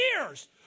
years